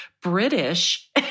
British